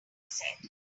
said